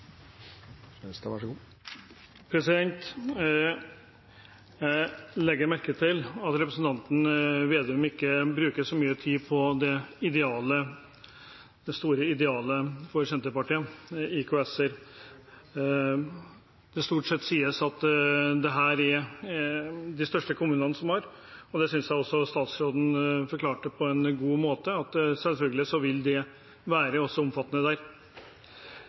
Vedum ikke bruker så mye tid på det store idealet for Senterpartiet: IKS-er. Det sies stort sett at det er de største kommunene som har dette. Jeg synes at statsråden på en god måte forklarte at selvfølgelig vil det være omfattende også der.